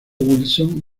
wilson